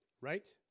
right